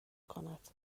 کند